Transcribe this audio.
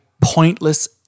pointless